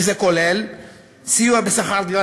שזה כולל סיוע בשכר-דירה